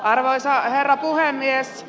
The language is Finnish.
arvoisa herra puhemies